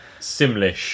Simlish